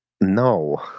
no